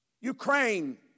Ukraine